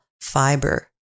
fiber